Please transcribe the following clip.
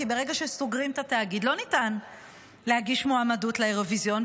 כי ברגע שסוגרים את התאגיד לא ניתן להגיש מועמדות לאירוויזיון.